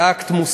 זה אקט מוסרי,